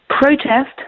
Protest